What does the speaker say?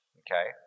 okay